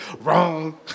Wrong